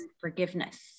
forgiveness